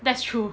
that's true